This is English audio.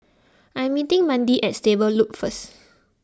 I am meeting Mandie at Stable Loop first